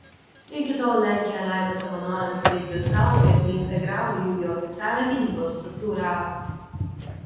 iki tol lenkija leido savanoriams veikti sau ir neintegravo jų į oficialią gynybos struktūrą